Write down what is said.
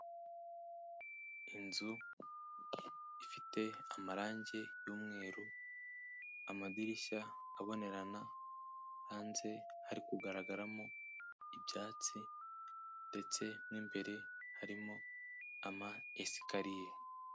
Inzu ifite amarangi y'umweru, amadirishya abonerana, hanze hari kugaragaramo ibyatsi ndetse n'imbere harimo ama esikariye.